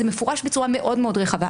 זה מפורש בצורה מאוד מאוד רחבה,